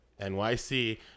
NYC